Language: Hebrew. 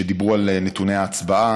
שדיברו על נתוני ההצבעה.